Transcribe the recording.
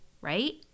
right